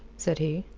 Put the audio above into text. said he.